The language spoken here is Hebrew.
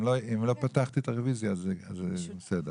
אם לא פתחתי את הרוויזיה, זה בסדר.